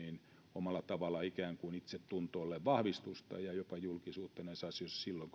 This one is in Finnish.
omalla tavallaan ikään kuin itsetunnolleen vahvistusta ja jopa julkisuutta näissä asioissa silloin